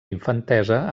infantesa